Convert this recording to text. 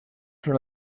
son